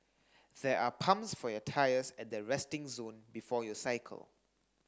there are pumps for your tyres at the resting zone before you cycle